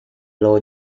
law